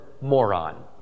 moron